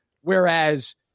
Whereas